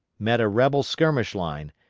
met a rebel skirmish line,